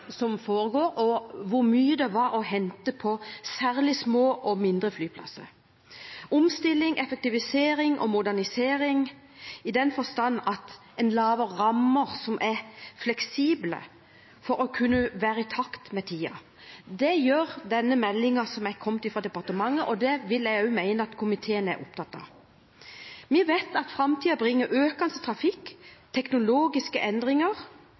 som foregår, og hvor mye det var å hente på særlig små og mindre flyplasser på omstilling, effektivisering og modernisering – i den forstand at man lager rammer som er fleksible for å være i takt med tiden. Det gjør denne meldingen som er kommet fra departementet, og det vil jeg også mene at komiteen er opptatt av. Vi vet at framtiden bringer økende trafikk, teknologiske endringer,